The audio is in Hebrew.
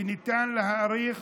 וניתן להאריך